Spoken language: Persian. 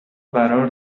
قرار